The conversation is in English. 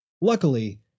Luckily